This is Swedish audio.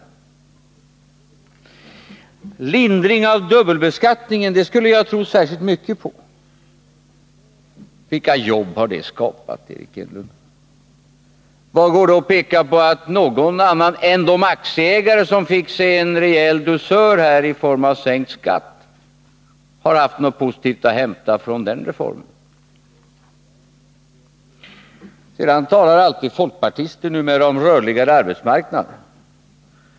En lindring av dubbelbeskattningen borde jag enligt Eric Enlund tro särskilt mycket på. Vilka jobb har det skapat, Eric Enlund? Kan Eric Enlund peka på att några andra än de aktieägare som fick sig en rejäl dusör i form av sänkt skatt har haft något positivt att hämta från den reformen? Folkpartister talar alltid numera om rörligare arbetsmarknad.